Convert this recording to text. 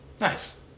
Nice